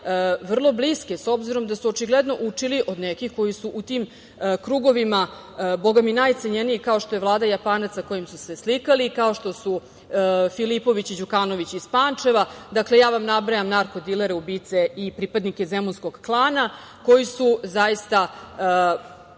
vrlo bliske, s obzirom da su očigledno učili od nekih koji su u tim krugovima bogami najcenjeniji, kao što je Vlada Japanac, sa kojim su se slikali, kao što su Filipović i Đukanović iz Pančeva. Dakle, ja vam nabrajam narko-dilere, ubice i pripadnike zemunskog klana, koji su zaista,